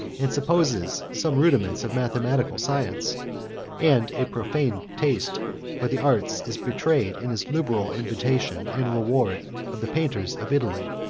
and supposes some rudiments of mathematical science and a profane taste for the arts is betrayed in his liberal invitation and reward of the painters of italy.